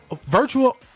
virtual